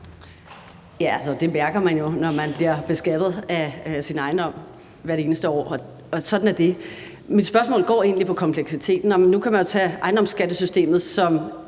Det mærker man jo, når man bliver beskattet af sin ejendom hvert eneste år, og sådan er det. Mit spørgsmål går egentlig på kompleksiteten, og nu kan man jo tage ejendomsskattesystemet